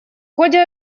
ходе